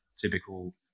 typical